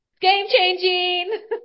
Game-changing